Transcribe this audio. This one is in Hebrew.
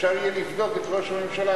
אפשר יהיה לבדוק את ראש הממשלה,